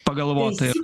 pagalvota ir